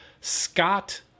Scott